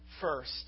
first